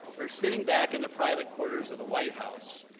or sitting back in the private quarters of the white house,